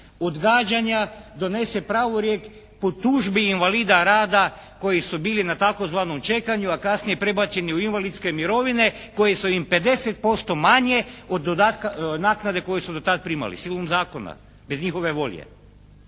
odgađanja donese pravorijek po tužbi invalida rada koji su bili na takozvanom čekanju, a kasnije prebačeni u invalidske mirovine koje su im 50% manje od naknade koju su do tada primali, silom zakona bez njihove volje.